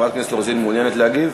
חברת הכנסת רוזין מעוניינת להגיב?